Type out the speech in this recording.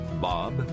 Bob